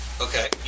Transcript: Okay